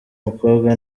mukobwa